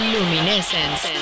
Luminescence